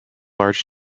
large